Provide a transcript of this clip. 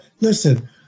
listen